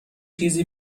چیزی